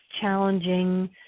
challenging